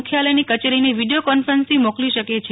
મુખ્યાલયની કચેરીને વિડીયો કોન્ફરન્સિંગથી મોકલી શકે છે